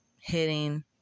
hitting